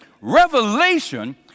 Revelation